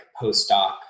postdoc